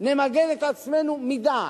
נמגן את עצמנו מדעת.